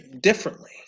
differently